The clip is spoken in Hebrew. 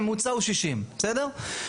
הממוצע הוא 60. בסדר?